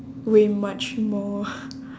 way much more